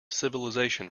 civilization